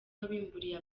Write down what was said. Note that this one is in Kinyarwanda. wabimburiye